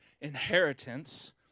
inheritance